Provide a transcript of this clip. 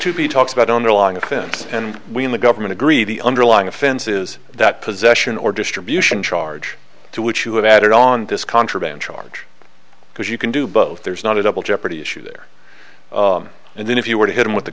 to be talking about underlying offense and we in the government agree the underlying offense is that possession or distribution charge to which you have added on this contraband charge because you can do both there's not a double jeopardy issue there and then if you were to hit him with